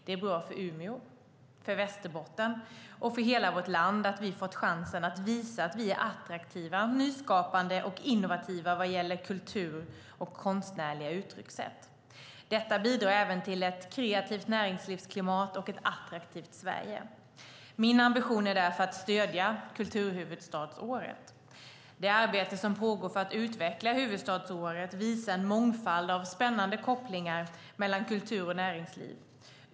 Det är bra för Umeå, för Västerbotten och för hela vårt land att vi har fått chansen att visa att vi är attraktiva, nyskapande och innovativa vad gäller kultur och konstnärliga uttryckssätt. Detta bidrar även till ett kreativt näringslivsklimat och ett attraktivt Sverige. Min ambition är därför att stödja kulturhuvudstadsåret. Det arbete som pågår för att utveckla kulturhuvudstadsåret visar en mångfald av spännande kopplingar mellan kultur och näringsliv.